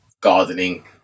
gardening